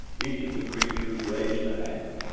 each of the creatures raised a hand,